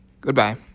Goodbye